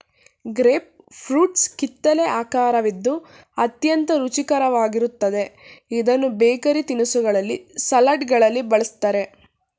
grape fruits ಕಿತ್ತಲೆ ಆಕರವಿದ್ದು ಅತ್ಯಂತ ರುಚಿಕರವಾಗಿರುತ್ತದೆ ಇದನ್ನು ಬೇಕರಿ ತಿನಿಸುಗಳಲ್ಲಿ, ಸಲಡ್ಗಳಲ್ಲಿ ಬಳ್ಸತ್ತರೆ